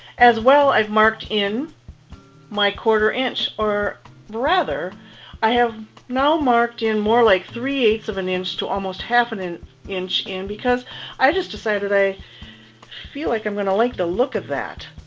as well i've marked in my quarter inch or rather i have now marked in more like three eight of an inch to almost half an inch in because i just decided i feel like i'm going to like the look of that,